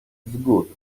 good